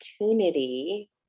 opportunity